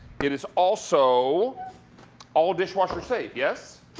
it is also all dishwasher safe, yes?